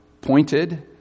pointed